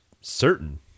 certain